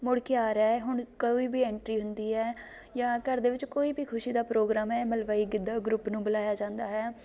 ਮੁੜ ਕੇ ਆ ਰਿਹਾ ਹੈ ਹੁਣ ਕੋਈ ਵੀ ਐਂਟਰੀ ਹੁੰਦੀ ਹੈ ਜਾਂ ਘਰ ਦੇ ਵਿੱਚ ਕੋਈ ਵੀ ਖੁਸ਼ੀ ਦਾ ਪ੍ਰੋਗਰਾਮ ਹੈ ਮਲਵਈ ਗਿੱਧਾ ਗਰੁੱਪ ਨੂੰ ਬੁਲਾਇਆ ਜਾਂਦਾ ਹੈ